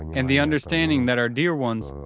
and the understanding that our dear ones,